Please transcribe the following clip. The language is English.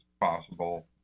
possible